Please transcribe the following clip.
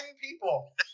people